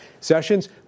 Sessions